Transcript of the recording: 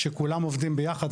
כשכולם עובדים יחד,